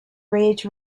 rage